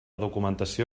documentació